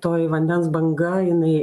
toji vandens banga jinai